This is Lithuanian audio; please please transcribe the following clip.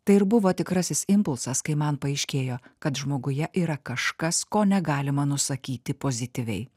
tai ir buvo tikrasis impulsas kai man paaiškėjo kad žmoguje yra kažkas ko negalima nusakyti pozityviai